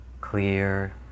clear